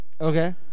Okay